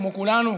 כמו כולנו,